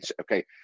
okay